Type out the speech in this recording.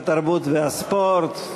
התרבות והספורט,